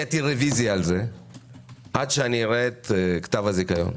אתיר רביזיה על זה עד שאראה את כתב הזיכיון.